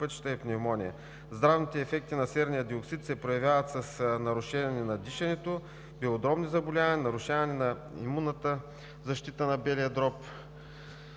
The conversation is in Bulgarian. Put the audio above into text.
пътища и пневмония. Здравните ефекти на серния диоксид се проявяват с нарушение на дишането, белодробни заболявания, нарушаване на имунната защита на белия дроб